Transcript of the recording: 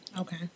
Okay